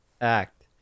act